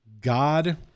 God